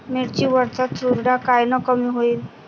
मिरची वरचा चुरडा कायनं कमी होईन?